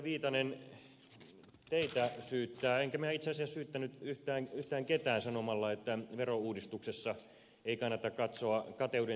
viitanen teitä syyttää enkä minä itse asiassa syyttänyt yhtään ketään sanomalla että verouudistuksessa ei kannata katsoa kateuden silmälasien läpi